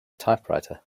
typewriter